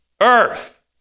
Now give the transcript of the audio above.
earth